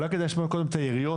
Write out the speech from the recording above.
אולי כדאי לשמוע קודם את העיריות.